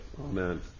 Amen